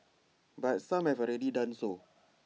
but some have already done so